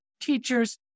teachers